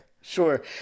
sure